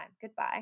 goodbye